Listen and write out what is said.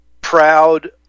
proud